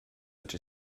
such